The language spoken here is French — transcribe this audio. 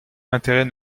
l’intérêt